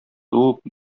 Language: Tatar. туып